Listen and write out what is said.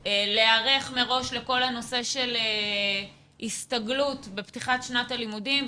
להיערך מראש לכל הנושא של הסתגלות בפתיחת שנת הלימודים,